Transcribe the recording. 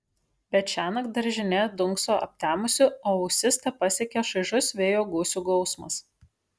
bet šiąnakt daržinė dunkso aptemusi o ausis tepasiekia šaižus vėjo gūsių gausmas